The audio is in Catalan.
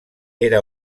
era